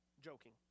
Joking